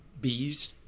bees